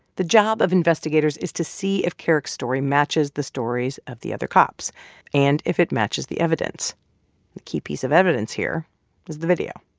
the job of investigators is to see if kerrick's story matches the stories of the other cops and if it matches the evidence. the key piece of evidence here is the video